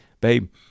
babe